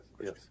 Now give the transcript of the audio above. yes